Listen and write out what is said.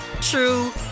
true